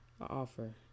offer